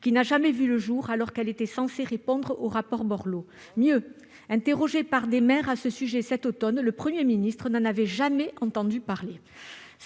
2018 n'a jamais vu le jour alors qu'elle était censée répondre au rapport Borloo. Mieux : interrogé par des maires à ce sujet cet automne, le Premier ministre n'en avait jamais entendu parler